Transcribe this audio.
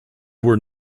were